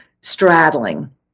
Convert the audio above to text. straddling